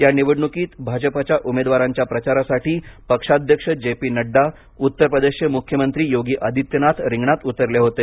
या निवडणूकीत भाजपाच्या उमेदवारांच्या प्रचारासाठी पक्षाध्यक्ष जे पी नड्डा उत्तरप्रदेशचे मुख्यमंत्री योगी आदित्यनाथ रिंगणात उतरले होते